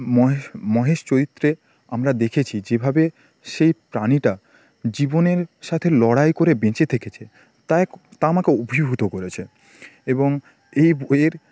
মহেশ মহেশ চরিত্রে আমরা দেখেছি যেভাবে সেই প্রাণীটা জীবনের সাথে লড়াই করে বেঁচে থেকেছে তা এক তা আমাকে অভিভূত করেছে এবং এ বইয়ের